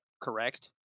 correct